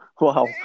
Wow